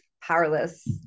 powerless